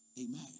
Amen